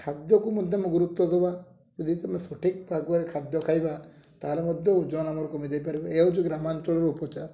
ଖାଦ୍ୟକୁ ମଧ୍ୟ ଆମେ ଗୁରୁତ୍ୱ ଦବା ଯଦି ତୁମେ ସଠିକ୍ ପାଗରେ ଖାଦ୍ୟ ଖାଇବା ତାହେଲେ ମଧ୍ୟ ଓଜନ ଆମର କମିଯାଇ ପାରିବ ଏହା ହେଉଛି ଗ୍ରାମାଞ୍ଚଳର ଉପଚାର